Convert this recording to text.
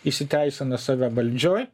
įsiteisina save valdžioj